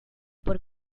por